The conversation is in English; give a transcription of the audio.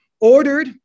ordered